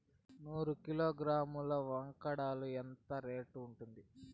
నూరు కిలోగ్రాముల వంగడాలు ఎంత రేటు ఉంటుంది?